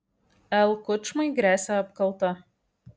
l kučmai gresia apkalta